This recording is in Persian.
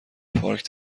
پارک